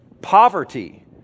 poverty